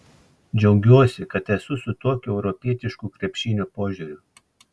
džiaugiuosi kad esu su tokiu europietišku krepšinio požiūriu